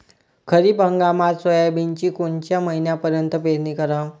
खरीप हंगामात सोयाबीनची कोनच्या महिन्यापर्यंत पेरनी कराव?